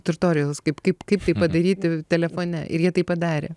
tutorials kaip kaip kaip tai padaryti telefone ir jie tai padarė